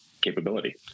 capability